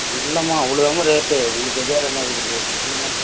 இல்லைம்மா அவ்வளோதான்ம்மா ரேட்டு உங்களுக்கு தெரியாது என்ன இருக்குது சொல்லுங்கள்